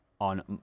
on